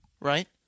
right